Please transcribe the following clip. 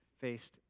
faced